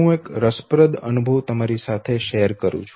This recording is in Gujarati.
હું એક રસપ્રદ અનુભવ તમારી સાથે શેર કરુ છું